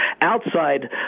outside